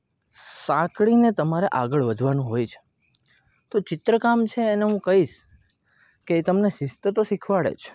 સાંકળીને તમારે આગળ વધવાનું હોય છે તો ચિત્રકામ છે એને હું કહીશ કે એ તમને શિસ્ત તો શીખવાડે જ